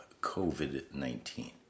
COVID-19